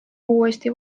uuesti